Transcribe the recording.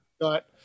got